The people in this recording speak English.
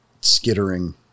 skittering